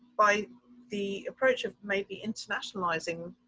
by the approach of maybe internationalizing.